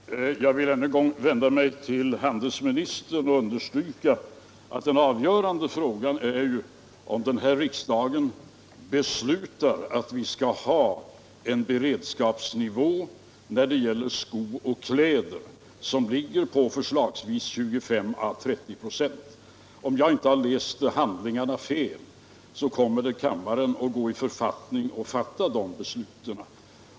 Herr talman! Jag vill ännu en gång vända mig till handelsministern och understryka att den avgörande frågan är om den här riksdagen beslutar att vi skall ha en beredskapsnivå när det gäller skor och kläder som ligger på förslagsvis 25 å 30 96. Om jag inte har läst handlingarna fel, så kommer kammaren att gå i författning om att ta de besluten.